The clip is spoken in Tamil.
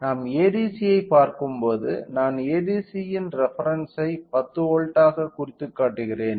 நாம் ADC ஐ பார்க்கும்போது நான் ADC யின் ரெபெரென்ஸ் ஐ 10 வோல்ட் ஆக குறித்துக்காட்டுகிறேன்